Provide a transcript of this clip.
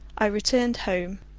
i returned home,